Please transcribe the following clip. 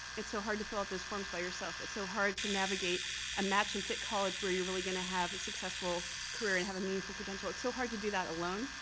it's so hard to fill out those forms by yourself. it's so hard to navigate a match and fit college where you're really going to have a successful career and have a meaningful credential. it's so hard to do that alone.